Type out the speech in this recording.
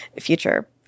future